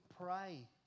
pray